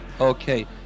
Okay